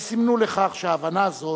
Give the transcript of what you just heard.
הם סימנו לכך שההבנה הזו